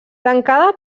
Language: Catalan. tancada